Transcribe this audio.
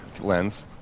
lens